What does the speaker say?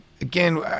again